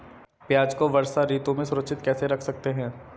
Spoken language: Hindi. प्याज़ को वर्षा ऋतु में सुरक्षित कैसे रख सकते हैं?